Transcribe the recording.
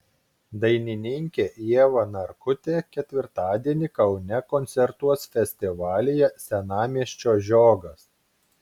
dainininkė ieva narkutė ketvirtadienį kaune koncertuos festivalyje senamiesčio žiogas